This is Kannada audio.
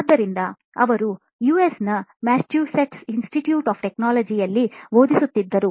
ಆದ್ದರಿಂದ ಅವರು ಯುಎಸ್ ನ ಮ್ಯಾಸಚೂಸೆಟ್ಸ್ ಇನ್ಸ್ಟಿಟ್ಯೂಟ್ ಆಫ್ ಟೆಕ್ನಾಲಜಿ ಯಲ್ಲಿ ಬೋಧಿಸುತ್ತಿದ್ದರು